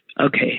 Okay